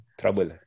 trouble